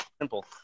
simple